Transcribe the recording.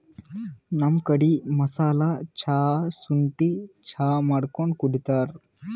ನಮ್ ಕಡಿ ಮಸಾಲಾ ಚಾ, ಶುಂಠಿ ಚಾ ಮಾಡ್ಕೊಂಡ್ ಕುಡಿತಾರ್